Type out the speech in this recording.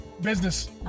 business